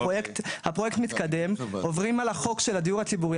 הפרויקט מתקדם, עוברים על החוק של הדיור הציבורי.